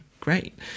great